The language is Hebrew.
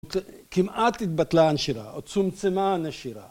כמעט התבטלה הנשירה, או צומצמה הנשירה.